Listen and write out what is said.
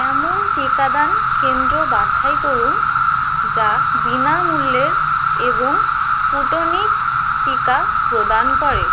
এমন টিকাদান কেন্দ্র বাছাই করুন যা বিনামূল্যের এবং স্পুটনিক টিকা প্রদান করে